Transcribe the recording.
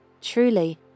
Truly